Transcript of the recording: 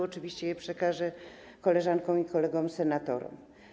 Oczywiście przekażę je koleżankom i kolegom senatorom.